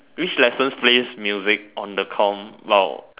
which lessons plays music on the come law